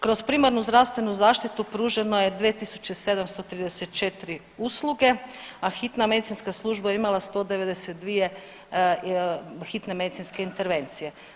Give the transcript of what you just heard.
Kroz primarnu zdravstvenu zaštitu pruženo je 2.734 usluge, a hitna medicinska služba je imala 192 hitne medicinske intervencije.